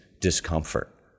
discomfort